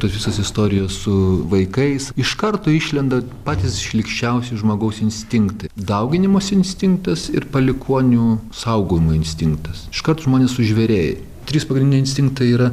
tos visos istorijos su vaikais iš karto išlenda patys šlykščiausi žmogaus instinktai dauginimosi instinktas ir palikuonių saugojimo instinktas iškart žmonės sužvėrėja trys pagrindiniai instinktai yra